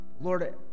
Lord